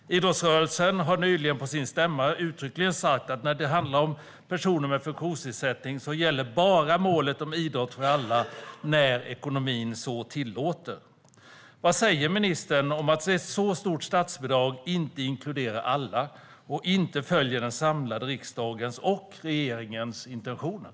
Idrottsrörelsen har nyligen på sin stämma uttryckligen sagt att när det handlar om personer med funktionsnedsättning gäller bara målet om idrott för alla när ekonomin så tillåter. Vad säger ministern om att ett så stort statsbidrag inte inkluderar alla och att man inte följer den samlade riksdagens och regeringens intentioner?